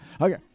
Okay